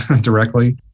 directly